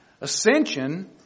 Ascension